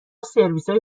سرویسهای